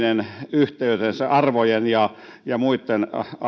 yhteytensä arvojen ja ja muitten asioitten